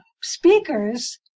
speakers